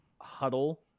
huddle